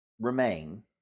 remain